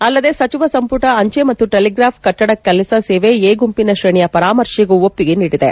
ಅಲ್ಲದೆ ಸಚಿವ ಸಂಪುಟ ಅಂಜೆ ಮತ್ತು ಟೆಲಿಗ್ರಾಫ್ ಕಟ್ಲಡ ಕೆಲಸ ಸೇವೆ ಎ ಗುಂಪಿನ ಶ್ರೇಣಿಯ ಪರಾಮರ್ಶೆಗೂ ಒಪ್ಪಿಗೆ ನೀಡಿದೆ